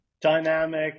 dynamic